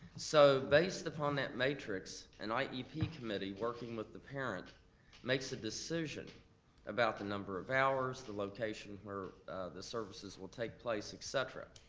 so based upon that matrix, and an iep iep committee working with the parent makes a decision about the number of hours, the location where the services will take place, et cetera.